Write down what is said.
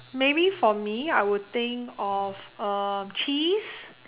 maybe for me I will think of um cheese